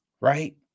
right